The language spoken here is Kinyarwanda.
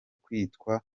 kwitwa